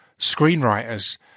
screenwriters